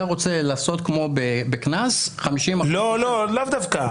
אתה רוצה לעשות כמו בקנס --- לאו דווקא.